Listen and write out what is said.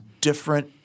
different